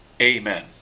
Amen